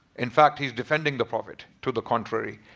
in fact he's defending the prophet to the contrary.